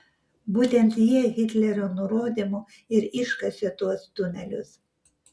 būtent jie hitlerio nurodymu ir iškasė tuos tunelius